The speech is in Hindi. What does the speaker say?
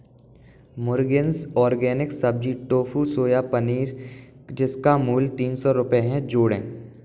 मुरगिन्स ऑर्गेनिक सब्ज़ी टोफू सोया पनीर जिसका मूल तीन सौ रुपये हैं जोड़ें